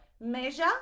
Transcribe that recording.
measure